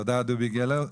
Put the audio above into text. תודה, דובי גלר.